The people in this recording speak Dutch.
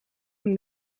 een